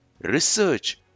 Research